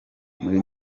muri